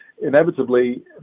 inevitably